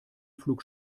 flug